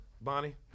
Bonnie